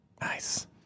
Nice